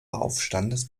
aufstandes